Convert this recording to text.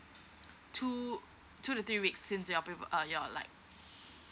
two two to three weeks since your